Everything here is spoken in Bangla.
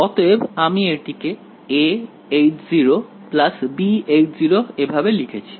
অতএব আমি এটিকে aH0 bH0 এভাবে লিখেছি